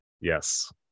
Yes